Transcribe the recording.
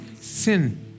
Sin